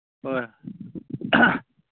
ꯍꯣꯏ